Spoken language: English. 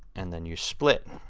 and then you split